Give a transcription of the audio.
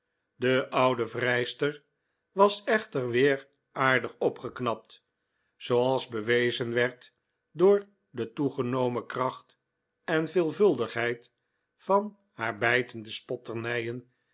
de oude vrijster was echter weer aardig opgeknapt zooals bewezen werd door de toegenomen kracht en veelvuldigheid van haar bijtende